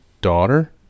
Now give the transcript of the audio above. daughter